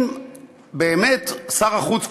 אם באמת שר החוץ,